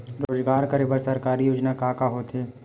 रोजगार करे बर सरकारी योजना का का होथे?